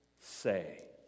say